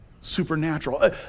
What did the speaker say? supernatural